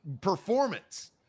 performance